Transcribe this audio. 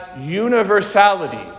universality